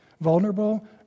vulnerable